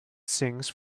sings